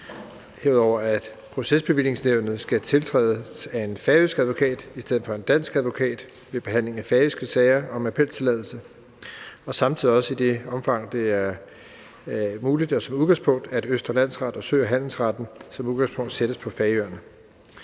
herudover at Procesbevillingsnævnet skal tiltrædes af en færøsk advokat i stedet for af en dansk advokat ved behandlingen af færøske sager om appeltilladelse, og samtidig også i det omfang, det er muligt, at Østre Landsret og Sø- og Handelsretten som udgangspunkt sættes på Færøerne.